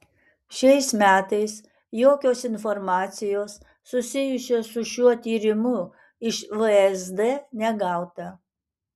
šiais metais jokios informacijos susijusios su šiuo tyrimu iš vsd negauta